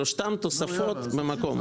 שלושתן תוספות למקום הזה.